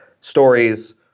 stories